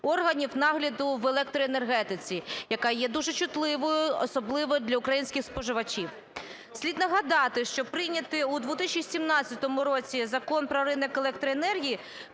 органів нагляду в електроенергетиці, яка є дуже чутливою, особливо для українських споживачів. Слід нагадати, що прийнятий у 2017 році Закон "Про ринок електроенергії"